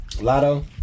Lotto